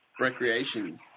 Recreation